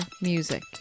music